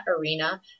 arena